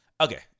Okay